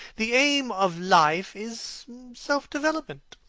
the aim of life is self-development.